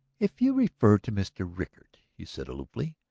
if you refer to mr. rickard, he said aloofly,